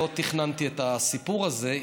לא תכננתי את הסיפור הזה,